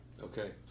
Okay